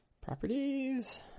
properties